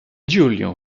giulio